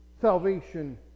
salvation